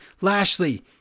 Lashley